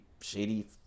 shady